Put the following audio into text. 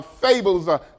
fables